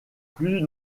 plus